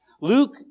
Luke